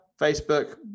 Facebook